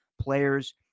players